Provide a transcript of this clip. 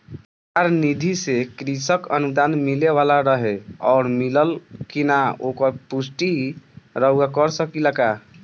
सरकार निधि से कृषक अनुदान मिले वाला रहे और मिलल कि ना ओकर पुष्टि रउवा कर सकी ला का?